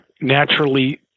naturally